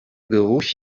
geruch